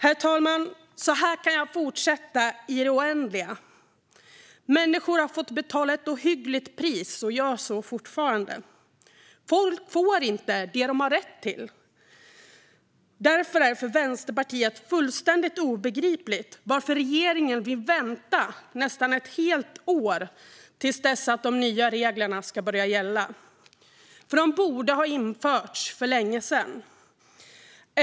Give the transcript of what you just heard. Herr talman! Så här kan jag fortsätta i det oändliga. Människor har fått betala ett ohyggligt pris och gör det fortfarande. Folk får inte det de har rätt till. Därför är det för Vänsterpartiet fullständigt obegripligt varför regeringen vill vänta nästan ett helt år på att de nya reglerna ska börja gälla. De borde nämligen ha införts för länge sedan.